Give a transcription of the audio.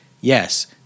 yes